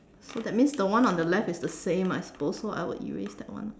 so that means the one on the left is the same I suppose so I will erase that one